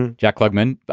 um jack klugman.